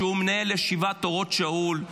שהוא מנהל ישיבת אורות שאול,